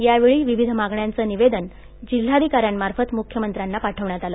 यावेळी विविध मागण्यांचं निवेदन जिल्हाधिकाऱ्यामार्फत मुख्यमंत्र्याना पाठवण्यात आलं